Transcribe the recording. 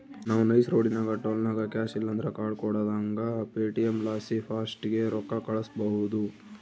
ನಾವು ನೈಸ್ ರೋಡಿನಾಗ ಟೋಲ್ನಾಗ ಕ್ಯಾಶ್ ಇಲ್ಲಂದ್ರ ಕಾರ್ಡ್ ಕೊಡುದಂಗ ಪೇಟಿಎಂ ಲಾಸಿ ಫಾಸ್ಟಾಗ್ಗೆ ರೊಕ್ಕ ಕಳ್ಸ್ಬಹುದು